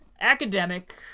academic